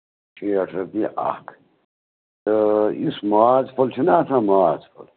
شیٹھ رۄپیہِ اکھ تہٕ یُس ماز پھوٚل چھُنا آسان ماز پھوٚل